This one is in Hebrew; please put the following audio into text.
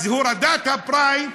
אז הורדת הפריים,